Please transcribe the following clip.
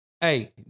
Hey